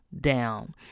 down